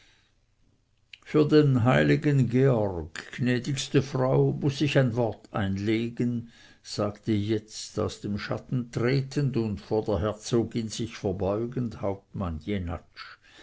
für den heiligen georg gnädigste frau muß ich ein wort einlegen sagte jetzt aus dem schatten tretend und vor der herzogin sich verbeugend hauptmann